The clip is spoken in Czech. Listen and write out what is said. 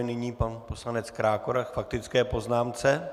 Nyní pan poslanec Krákora k faktické poznámce.